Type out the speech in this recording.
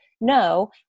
no